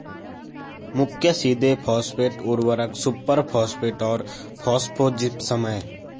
मुख्य सीधे फॉस्फेट उर्वरक सुपरफॉस्फेट और फॉस्फोजिप्सम हैं